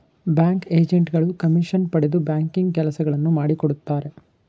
bank agent ಗಳು commission ಪಡೆದು banking ಕೆಲಸಗಳನ್ನು ಮಾಡಿಕೊಡುತ್ತಾರೆ